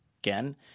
again